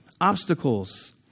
Obstacles